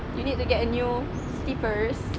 you need to get a new slippers